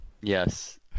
Yes